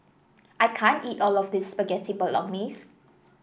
I can't eat all of this Spaghetti Bolognese